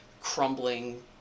crumbling